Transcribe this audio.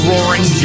Roaring